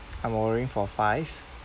I'm ordering for five